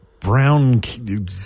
brown